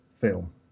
film